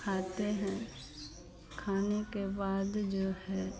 खाते हैं खाने के बाद जो है